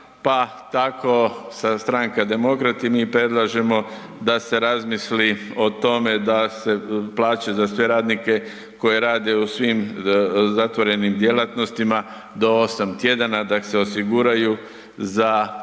pa tako se stranka Demokrati, mi predlažemo da se razmisli o tome da se plaće za sve radnike koji rade u svim zatvorenim djelatnostima do 8 tjedana da se osiguraju za